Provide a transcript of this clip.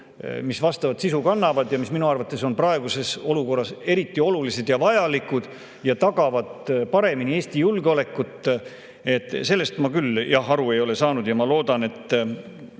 mis vastavat sisu kannavad ja mis minu arvates on praeguses olukorras eriti olulised, vajalikud ja tagavad paremini Eesti julgeolekut. Sellest ma küll aru ei ole saanud. Ma loodan, et